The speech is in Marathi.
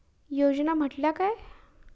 योजना म्हटल्या काय?